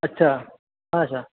अच्छा अच्छा